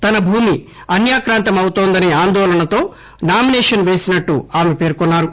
తన భూమి అన్యాక్రాంతమవుతోందనే ఆందోళనతో నామినేషన్ వేసినట్లు ఆమె పేర్కొన్నారు